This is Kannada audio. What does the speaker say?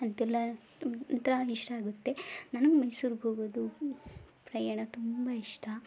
ಅದೆಲ್ಲ ಒಂಥರಾ ಇಷ್ಟ ಆಗುತ್ತೆ ನನಗೆ ಮೈಸೂರಿಗೆ ಹೋಗೋದು ಪ್ರಯಾಣ ತುಂಬ ಇಷ್ಟ